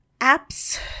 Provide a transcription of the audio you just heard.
apps